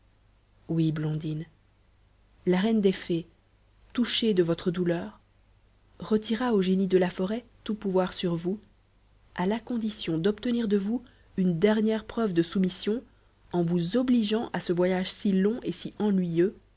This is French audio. oui blondine la reine des fées touchée de votre douleur retira au génie de la forêt tout pouvoir sur vous à la condition d'obtenir de vous une dernière preuve de soumission en vous obligeant à ce voyage si long et si ennuyeux